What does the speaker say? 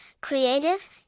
creative